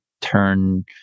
turn